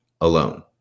alone